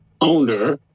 owner